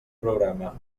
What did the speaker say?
programa